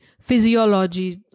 physiology